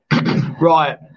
Right